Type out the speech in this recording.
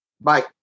Bye